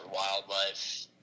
Wildlife